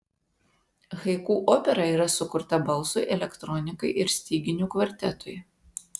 haiku opera yra sukurta balsui elektronikai ir styginių kvartetui